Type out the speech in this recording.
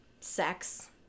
Sex